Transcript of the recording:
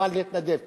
מוכן להתנדב כאילו.